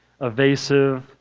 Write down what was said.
evasive